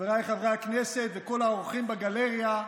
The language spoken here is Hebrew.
חבריי חברי הכנסת וכל האורחים בגלריה,